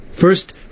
First